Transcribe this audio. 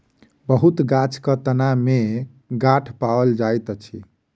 बहुत गाछक तना में गांठ पाओल जाइत अछि